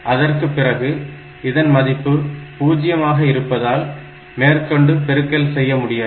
அதற்குப் பிறகு இதன் மதிப்பு 0 ஆக இருப்பதால் மேற்கொண்டு பெருக்கல் செய்ய முடியாது